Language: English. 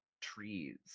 trees